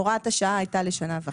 הוראת השעה הייתה לשנה וחצי.